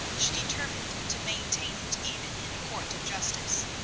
she determined to maintain it even in a court of justice.